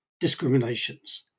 discriminations